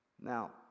now